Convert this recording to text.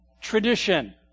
tradition